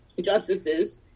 justices